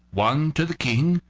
one to the king,